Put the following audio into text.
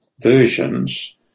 versions